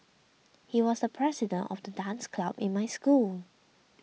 he was the president of the dance club in my school